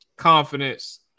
Confidence